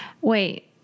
Wait